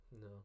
No